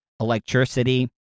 electricity